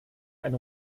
eine